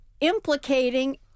implicating